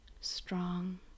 strong